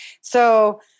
So-